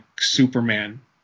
Superman